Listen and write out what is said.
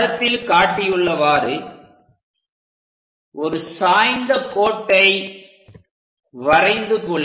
படத்தில் காட்டியுள்ளவாறு ஒரு சாய்ந்த கோட்டை வரைந்து கொள்க